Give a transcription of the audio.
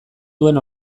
duen